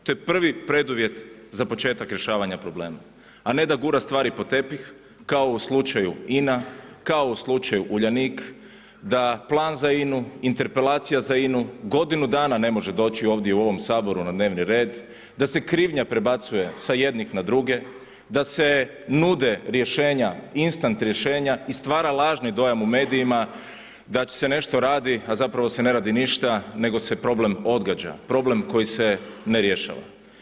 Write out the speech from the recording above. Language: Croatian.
To je prvi preduvjet za početak rješavanja problema, a ne da gura stvari pod tepih kao u slučaju INA, kao u slučaju Uljanik, da plan za INA-u, interpelacija za INA-u godinu dana ne može doći ovdje u ovom Saboru na dnevni red, da se krivnja prebacuje sa jednih na druge, da se nude rješenja, instant rješenja i stvara lažni dojam u medijima da se nešto radi, a zapravo se ne radi ništa nego se problem odgađa, problem koji se ne rješava.